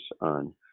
on